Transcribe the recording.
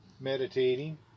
meditating